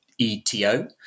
E-T-O